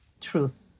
truth